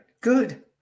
Good